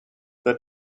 that